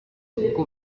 kuko